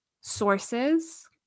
sources